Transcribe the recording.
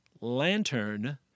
Lantern